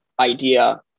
idea